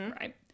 Right